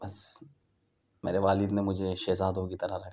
بس میرے والد نے مجھے شہزادوں کی طرح رکھا